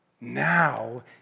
now